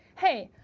hey,